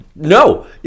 No